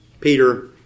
Peter